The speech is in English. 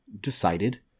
decided